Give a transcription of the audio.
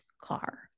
car